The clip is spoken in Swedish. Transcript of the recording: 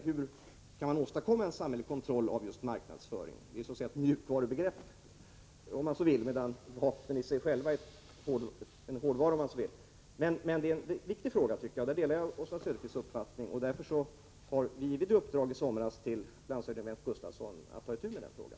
Hur kan man åstadkomma en samhällelig kontroll av just marknadsföring? Det kan betecknas som ett mjukvarubegrepp, medan vapnen kan ses som en hårdvara. Jag delar Oswald Söderqvists uppfattning om detta, och därför gav jag i somras landshövding Bengt Gustavsson i uppdrag att ta itu med den frågan.